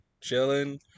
chilling